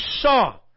saw